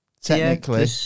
technically